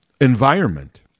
environment